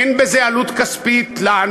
אין בזה עלות כספית לנו.